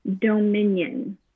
dominion